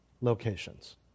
locations